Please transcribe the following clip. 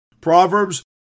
Proverbs